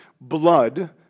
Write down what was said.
blood